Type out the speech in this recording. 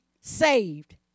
saved